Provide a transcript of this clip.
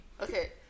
Okay